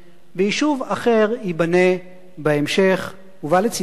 ויישוב אחר ייבנה בהמשך, ובא לציון גואל.